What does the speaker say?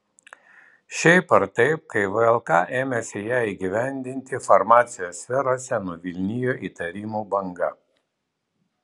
šiaip ar taip kai vlk ėmėsi ją įgyvendinti farmacijos sferose nuvilnijo įtarimų banga